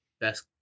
best